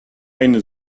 eine